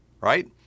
right